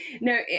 No